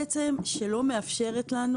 שבעצם לא מאפשרת לנו